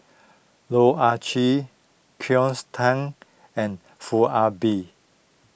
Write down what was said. Loh Ah Chee Cleo Thang and Foo Ah Bee